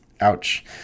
ouch